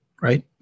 Right